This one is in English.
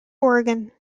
oregon